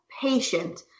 patient